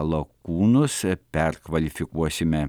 lakūnus perkvalifikuosime